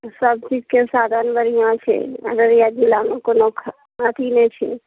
सबचीजके साधन बढ़िआँ छै अररिया जिलामे कोनो अथी नहि छै